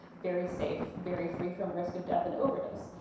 very safe, very free from risk of death and overdose.